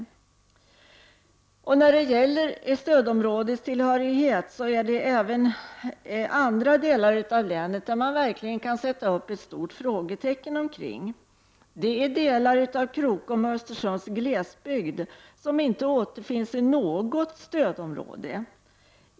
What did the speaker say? Man kan när det gäl ler stödområdestillhörighet sätta ett stort frågetecken även kring andra delar av länet. Delar av Krokom och Östersunds glesbygd återfinns inte i något stödområde.